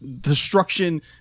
destruction